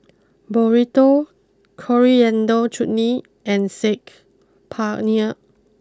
Burrito Coriander Chutney and Saag Paneer